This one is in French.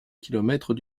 kilomètre